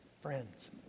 friends